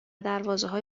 دروازههای